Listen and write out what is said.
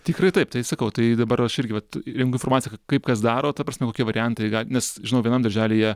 tikrai taip tai sakau tai dabar aš irgi vat renku informaciją kaip kas daro ta prasme kokie variantai gali nes žinau vienam darželyje